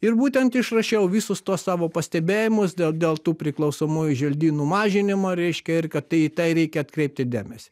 ir būtent išrašiau visus tuos savo pastebėjimus dėl dėl tų priklausomųjų želdynų mažinimo reiškia ir kad tai į tai reikia atkreipti dėmesį